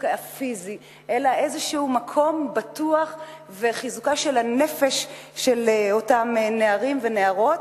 פיזי אלא איזשהו מקום בטוח וחיזוקה של הנפש של אותם נערים ונערות,